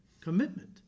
commitment